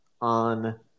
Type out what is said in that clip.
on